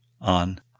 on